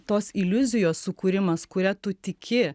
tos iliuzijos sukūrimas kuria tu tiki